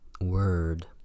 word